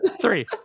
Three